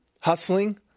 hustling